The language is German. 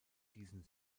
diesen